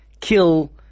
kill